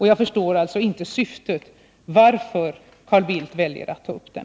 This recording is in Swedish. Jag förstår alltså inte varför Carl Bildt väljer att ta upp den.